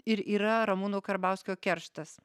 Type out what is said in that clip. ir yra ramūno karbauskio kerštas